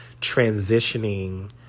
transitioning